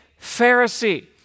Pharisee